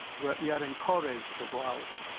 but we are encouraged to go out.